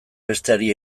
besteari